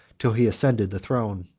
till he ascended the throne.